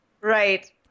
Right